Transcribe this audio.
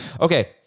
Okay